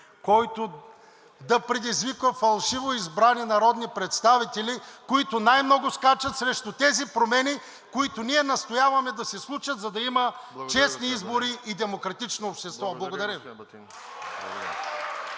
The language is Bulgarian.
който да предизвиква фалшиво избрани народни представители, които най много скачат срещу тези промени, които ние настояваме да се случат, за да има честни избори и демократично общество. Благодаря